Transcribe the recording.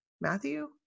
Matthew